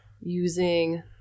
using